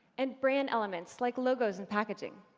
and brand elements like logos and packaging.